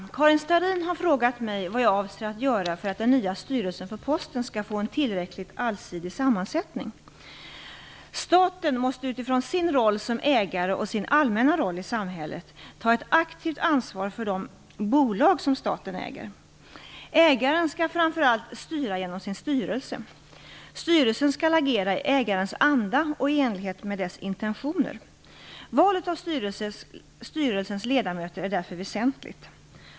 Fru talman! Karin Starrin har frågat mig vad jag avser att göra för att den nya styrelsen för Posten skall få en tillräckligt allsidig sammansättning. Staten måste utifrån sin roll som ägare och sin allmänna roll i samhället ta ett aktivt ansvar för de bolag som staten äger. Ägaren skall framför allt styra genom sin styrelse. Styrelsen skall agera i ägarens anda och i enlighet med dess intentioner. Valet av styrelsens ledamöter är därför väsentligt.